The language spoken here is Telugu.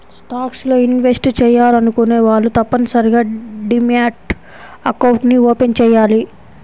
స్టాక్స్ లో ఇన్వెస్ట్ చెయ్యాలనుకునే వాళ్ళు తప్పనిసరిగా డీమ్యాట్ అకౌంట్ని ఓపెన్ చెయ్యాలి